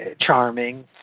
charming